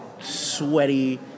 sweaty